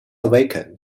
awaken